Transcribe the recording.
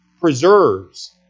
preserves